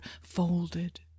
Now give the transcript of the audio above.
folded